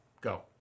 Go